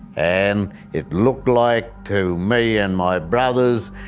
and it looked like, to me and my brothers,